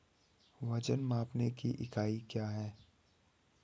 वजन मापने की इकाई क्या है?